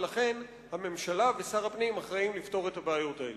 ולכן הממשלה ושר הפנים אחראים לפתור את הבעיות האלה.